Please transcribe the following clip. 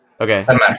Okay